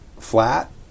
Flat